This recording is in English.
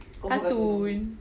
cartoon